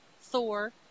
Thor